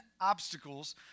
obstacles